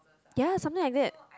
ya something like that